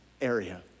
area